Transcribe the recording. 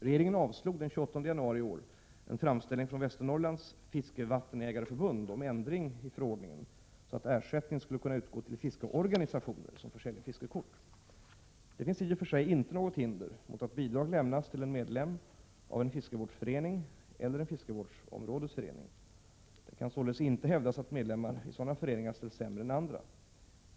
Regeringen avslog den 28 januari i år en framställning från Västernorrlands fiskevattenägareförbund om ändring i förordningen så att ersättning skall kunna utgå till fiskeorganisationer som försäljer fiskekort. Det finns i och för sig inte något hinder mot att bidrag lämnas till en medlem av en fiskevårdsförening eller en fiskevårdsområdesförening. Det kan således inte hävdas att medlemmar i sådana föreningar ställs sämre än andra.